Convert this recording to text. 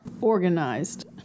organized